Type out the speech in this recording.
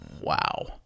Wow